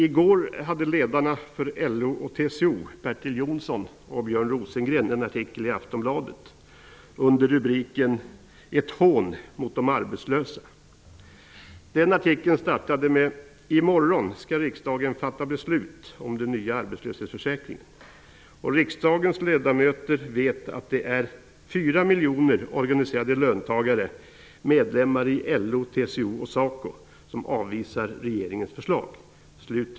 I går hade ledarna för LO och TCO, Bertil Jonsson och Björn Rosengren, en artikel införd i Aftonbladet under rubriken ''Ett hån mot de arbetslösa''. Artikeln började så här: ''I morgon ska riksdagen fatta beslut om den nya arbetslöshetsförsäkringen. Och riksdagens ledamöter vet att mer än fyra miljoner organiserade löntagare -- medlemmar i LO, TCO och SACO -- avvisar regeringens förslag.''